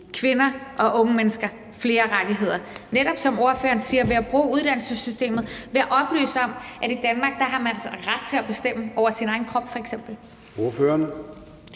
kvinder og unge mennesker flere rettigheder, og det gør vi netop, som ordføreren siger, ved at bruge uddannelsessystemet og ved at oplyse om, at i Danmark har man f.eks. altså ret til at bestemme over sin egen krop. Kl.